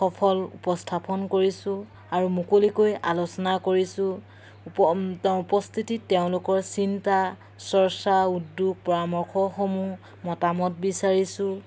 সফল উপস্থাপন কৰিছোঁ আৰু মুকলিকৈ আলোচনা কৰিছোঁ উপস্থিতিত তেওঁলোকৰ চিন্তা চৰ্চা উদ্যোগ পৰামৰ্শসমূহ মতামত বিচাৰিছোঁ